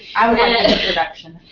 i want an introduction.